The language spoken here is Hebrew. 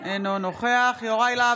אינו נוכח אנחנו חייבים,